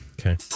okay